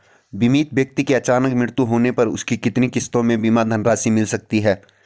बीमित व्यक्ति के अचानक मृत्यु होने पर उसकी कितनी किश्तों में बीमा धनराशि मिल सकती है?